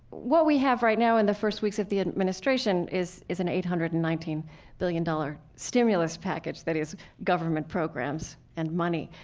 what we have right now in the first weeks of the administration is is an eight hundred and nineteen billion dollars stimulus package that is government programs and money,